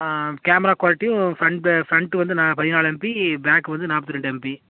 camera குவாலிட்டியும் front பே front வந்து நா பதினாலு எம்பி பேக் வந்து நாற்பத்தி ரெண்டு எம்பி